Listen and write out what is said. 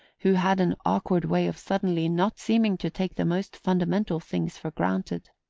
who had an awkward way of suddenly not seeming to take the most fundamental things for granted.